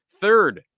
third